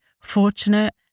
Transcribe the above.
fortunate